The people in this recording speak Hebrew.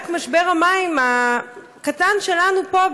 רק משבר המים הקטן שלנו פה,